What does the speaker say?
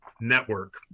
network